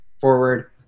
forward